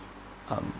um